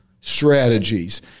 strategies